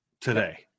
today